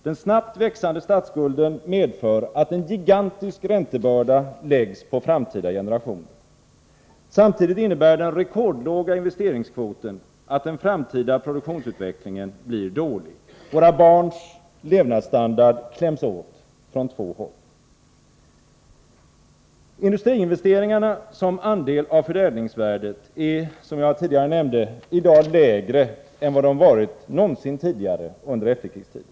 Den snabbt växande statsskulden medför att en gigantisk räntebörda läggs på framtida generationer. Samtidigt innebär den rekordlåga investeringskvoten att den framtida produktionsutvecklingen blir dålig. Våra barns levnadsstandard kläms åt från två håll. Industriinvesteringarna som andel av förädlingsvärdet är, som jag tidigare nämnde, i dag lägre än vad de varit någonsin tidigare under efterkrigstiden.